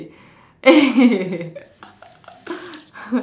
eh